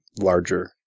larger